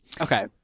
okay